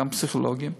גם פסיכולוגים.